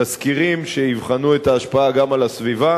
תסקירים שיבחנו את ההשפעה גם על הסביבה